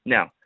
Now